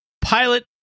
Pilot